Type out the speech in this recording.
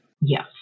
Yes